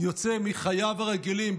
יוצא מחייו הרגילים,